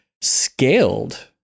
scaled